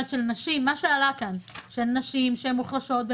כפי שעלה כאן לגבי נשים שהן מוחלשות,